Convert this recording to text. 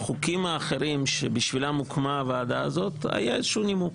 בחוקים האחרים שבשבילם הוקמה הוועדה הזאת היה איזה שהוא נימוק,